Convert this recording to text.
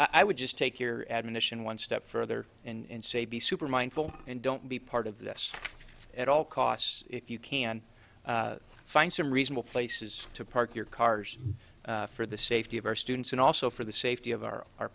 cars i would just take your admonition one step further and say be super mindful and don't be part of this at all costs if you can find some reasonable places to park your cars for the safety of our students and also for the safety of our our